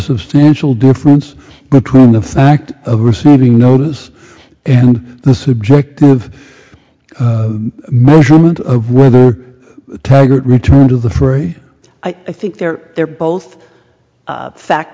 substantial difference between the fact of receiving notice and the subject of measurement of whether taggart return to the free i think they're they're both fact